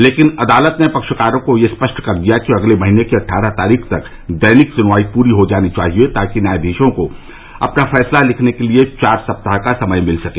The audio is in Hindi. लेकिन अदालत ने पक्षकारों को यह स्पष्ट कर दिया कि अगले महीने की अट्ठारह तारीख तक दैनिक सुनवाई पूरी हो जानी चाहिए ताकि न्यायाधीशों को अपना फैसला लिखने के लिए चार सप्ताह का समय मिल सके